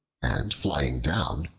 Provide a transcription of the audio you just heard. and flying down,